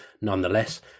nonetheless